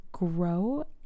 grow